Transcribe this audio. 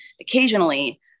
occasionally